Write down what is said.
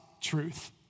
truth